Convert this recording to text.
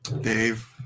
dave